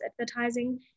advertising